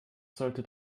sollte